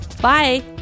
Bye